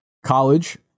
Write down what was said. college